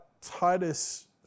Titus